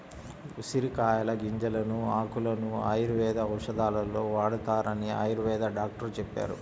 ఉసిరికాయల గింజలను, ఆకులను ఆయుర్వేద ఔషధాలలో వాడతారని ఆయుర్వేద డాక్టరు చెప్పారు